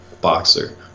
boxer